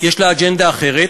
יש לה אג'נדה אחרת.